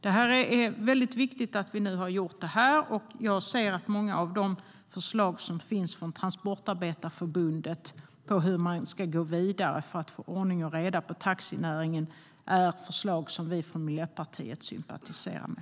Det är väldigt viktigt att vi nu har gjort det här, och jag ser att många av de förslag som finns från Transportarbetareförbundet om hur man ska gå vidare för att få ordning och reda på taxinäringen är förslag som vi från Miljöpartiet sympatiserar med.